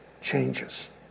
changes